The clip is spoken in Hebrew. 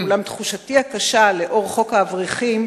אולם תחושתי הקשה לאור חוק האברכים